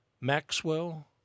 Maxwell